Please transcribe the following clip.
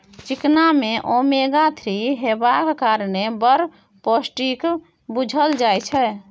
चिकना मे omega three हेबाक कारणेँ बड़ पौष्टिक बुझल जाइ छै